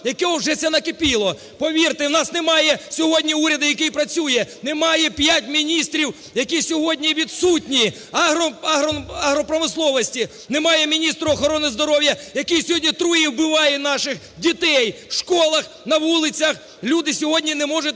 якого вже це накипіло. Повірте, в нас немає сьогодні уряду, який працює, немає п'ять міністрів, які сьогодні відсутні, агро... агропромисловості, немає міністра охорони здоров'я, який сьогодні труїть і вбиває наших дітей в школах, на вулицях, люди сьогодні не можуть